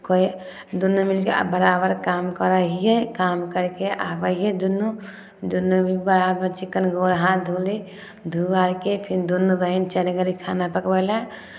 कोइ दुनू मिलि कऽ आ बराबर काम करै हियै काम करि कऽ आबै हइ दुनू दुनू बराबर चिक्कन गोर हाथ धोली धो आरके फेर दुनू बहीन चलि गेली खाना पकबै लए